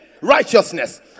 righteousness